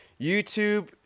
YouTube